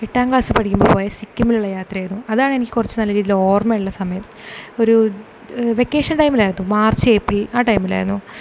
ഏട്ടാം ക്ലാസിൽ പഠിക്കുമ്പോൾ പോയ സിക്കിമിലുള്ള യാത്രയുരുന്നു അതാണെനിക്ക് കുറച്ച് നല്ല രീതി ഓർമ്മയുള്ള സമയം ഒരു വെക്കേഷൻ ടൈമിലായിരുന്നു മാർച്ച് ഏപ്രിൽ ആ ടൈമിലായിരുന്നു